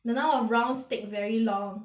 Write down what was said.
the number of rounds take very long